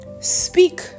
Speak